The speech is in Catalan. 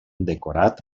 decorat